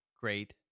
great